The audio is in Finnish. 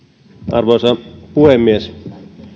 arvoisa puhemies